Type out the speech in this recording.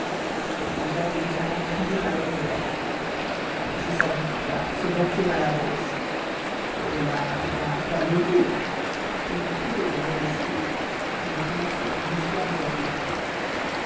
mais déjà je vous entends crier à l'orgueil annoncer sa victoire se vanter à l'avance hé là là calmez-vous pour vous prouver ma modestie je vais commencer par l'histoire de ma défaite